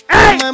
Hey